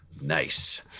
Nice